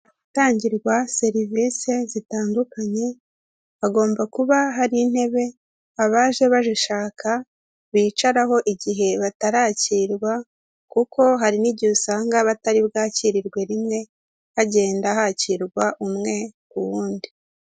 Ahatangirwa serivise zitandukanye, hagomba kuba hari intebe abaje bazishaka bicaraho igihe batarakirwa kuko hari n'igihe usanga batari bwakirirwe rimwe, hagenda hakirwa umwe ku wundi.